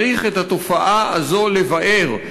צריך את התופעה הזאת לבער.